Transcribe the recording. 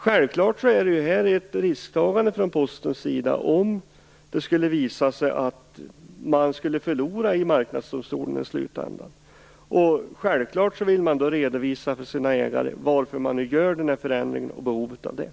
Självfallet är det ett risktagande från Postens sida om det skulle visa sig att man förlorar i Marknadsdomstolen i slutänden. Självklart vill man då redovisa för sina ägare varför man nu gör förändringen och behovet av den.